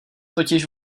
totiž